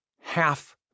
half